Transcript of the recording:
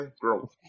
Growth